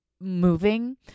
moving –